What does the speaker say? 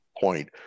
point